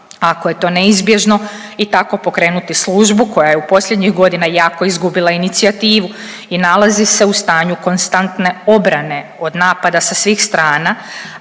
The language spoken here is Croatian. ako je to neizbježno i tako pokrenuti službu koja je u posljednjih godina jako izgubila inicijativu i nalazi se u stanju konstantne obrane od napada sa svih stana,